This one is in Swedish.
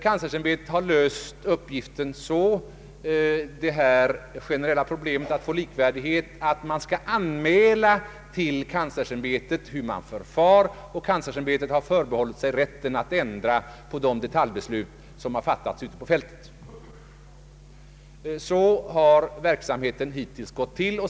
Kanslersämbetet har löst det generella problemet med att få full likvärdighet så, att man skall anmäla till kanslersämbetet hur man förfar. Kanslersämbetet har förbehållit sig rätten att ändra de detaljbeslut som fattas ute på fältet. Så har verksamheten hittills bedrivits.